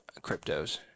cryptos